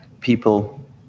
people